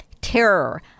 terror